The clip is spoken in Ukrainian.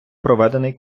проведений